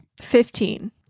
Fifteen